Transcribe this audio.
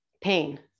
pain